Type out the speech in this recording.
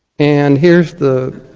and here is the